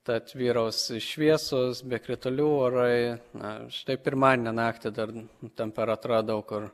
tad vyraus šviesūs be kritulių orai na štai pirmadienio naktį dar temperatūra daug kur